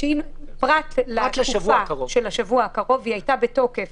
פרט לתקופה של השבוע הקרוב, היא הייתה בתוקף